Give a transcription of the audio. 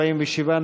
47,